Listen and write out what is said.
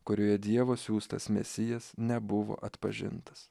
kurioje dievo siųstas mesijas nebuvo atpažintas